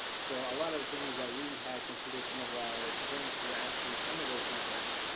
so a lot of things that we had considered some of our strengths were actually some of those concerns.